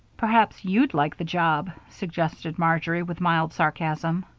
perhaps you'd like the job! suggested marjory, with mild sarcasm.